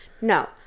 No